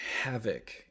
havoc